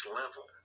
level